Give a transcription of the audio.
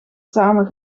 samen